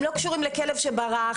הם לא קשורים לכלב שברח,